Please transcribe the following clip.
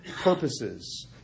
purposes